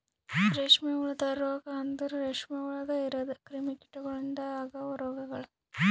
ರೇಷ್ಮೆ ಹುಳದ ರೋಗ ಅಂದುರ್ ರೇಷ್ಮೆ ಒಳಗ್ ಇರದ್ ಕ್ರಿಮಿ ಕೀಟಗೊಳಿಂದ್ ಅಗವ್ ರೋಗಗೊಳ್